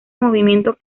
movimiento